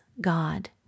God